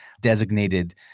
designated